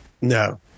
No